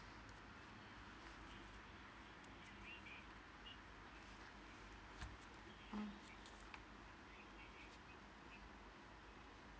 mm